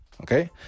okay